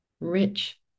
rich